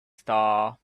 star